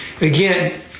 again